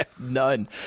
None